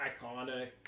iconic